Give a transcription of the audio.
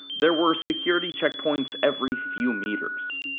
there were security checkpoints every few meters.